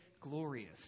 glorious